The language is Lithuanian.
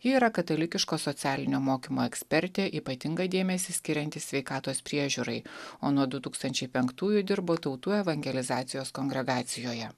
ji yra katalikiško socialinio mokymo ekspertė ypatingą dėmesį skirianti sveikatos priežiūrai o nuo du tūkstančiai penktųjų dirbo tautų evangelizacijos kongregacijoje